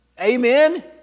Amen